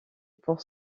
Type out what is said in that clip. pour